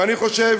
ואני חושב